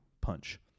punch